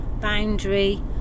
boundary